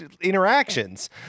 interactions